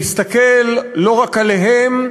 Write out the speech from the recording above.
להסתכל לא רק עליהם,